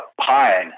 Pine